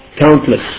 countless